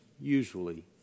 usually